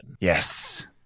Yes